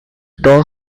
dog